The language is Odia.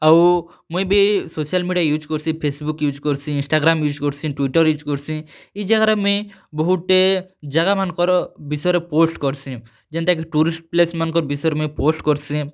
ଆଉ ମୁଇଁ ବି ସୋସିଆଲ୍ ମିଡ଼ିଆ ୟୁଜ୍ କର୍ସିଁ ଫେସ୍ବୁକ୍ ୟୁଜ୍ କର୍ସିଁ ଇଂଷ୍ଟାଗ୍ରାମ୍ ୟୁଜ୍ କର୍ସିଁ ଟୁଇଟର୍ ୟୁଜ୍ କର୍ସିଁ ଇ ଜାଗାରେ ମୁଇଁ ବହୁତ୍ଟେ ଜାଗାମାନଙ୍କର୍ ବିଷୟରେ ପୋଷ୍ଟ୍ କର୍ସିଁ ଯେନ୍ତା କି ଟୁରିଷ୍ଟ୍ ପ୍ଲେସ୍ ମାନ୍ଙ୍କର୍ ବିଷୟରେ ମୁଇଁ ପୋଷ୍ଟ୍ କର୍ସିଁ